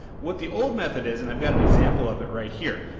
what the old method is and i've got an example of it right here.